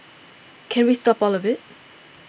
can we stop all of it